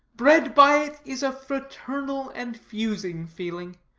bred by it, is a fraternal and fusing feeling.